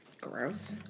Gross